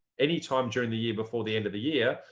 anytime during the year before the end of the year,